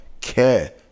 care